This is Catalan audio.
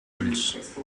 ulls